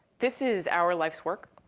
this is our life's work.